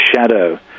shadow